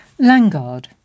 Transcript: Langard